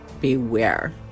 beware